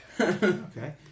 Okay